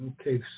okay